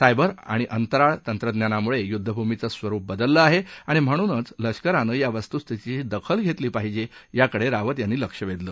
cyber आणि अंतराळ तंत्रज्ञानामुळे युद्धभूमीचं स्वरुप बदललं आहे आणि म्हणून लष्करानं या वस्तुस्थितीची दखल घेतली पाहिजे याकडे रावत यांनी लक्ष वेधलं